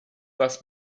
dass